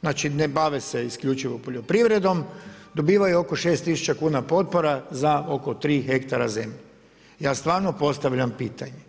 Znači ne bave se isključivo poljoprivredom, dobivaju oko 6000kn potpora za oko 3 hektara zemlje, ja stvarno postavljam pitanje,